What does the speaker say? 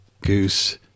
goose